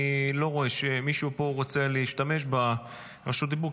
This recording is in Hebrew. אני לא רואה שמישהו פה רוצה להשתמש ברשות הדיבור,